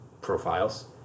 profiles